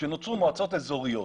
שנוצרו מועצות אזוריות